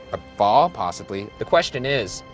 ah fall, possibly. the question is,